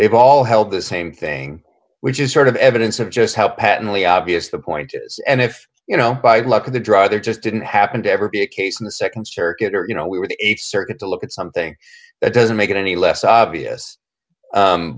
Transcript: they've all held the same thing which is sort of evidence of just how patently obvious the point is and if you know by the luck of the draw they're just didn't happen to ever be a case in the nd circuit or you know we were the th circuit to look at something that doesn't make it any less obvious